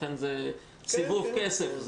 לכן זה סיבוב כסף.